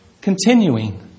Continuing